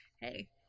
Hey